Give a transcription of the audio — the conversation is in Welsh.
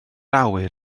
awyr